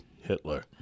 Hitler